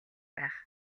байх